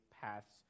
paths